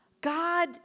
God